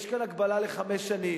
יש כאן הגבלה לחמש שנים.